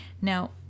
Now